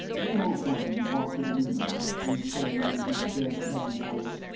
raynor one walked to the window and said in his deadpan voice,